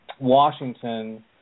Washington